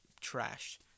Trash